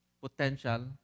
potential